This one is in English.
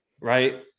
right